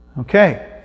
Okay